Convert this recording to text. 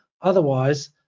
Otherwise